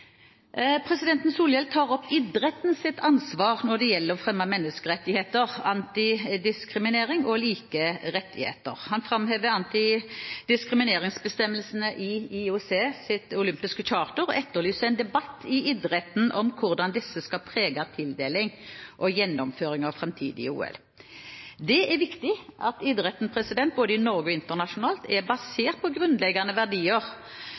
Solhjell tar opp idrettens ansvar når det gjelder å fremme menneskerettigheter, antidiskriminering og like rettigheter. Han framhever antidiskrimineringsbestemmelsene i IOCs olympiske charter og etterlyser en debatt i idretten om hvordan disse skal prege tildeling og gjennomføring av framtidige OL. Det er viktig at idretten, både i Norge og internasjonalt, er basert på grunnleggende verdier